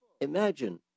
imagine